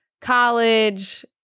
college